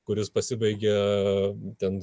kuris pasibaigia ten